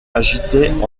agitait